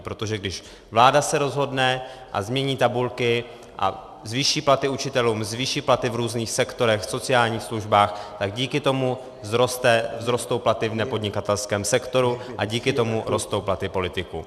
Protože když vláda se rozhodne a změní tabulky a zvýší platy učitelům, zvýší platy v různých sektorech, v sociálních službách, tak díky tomu vzrostou platy v nepodnikatelském sektoru a díky tomu rostou platy politiků.